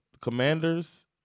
commanders